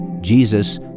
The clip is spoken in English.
Jesus